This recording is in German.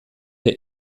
der